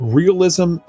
realism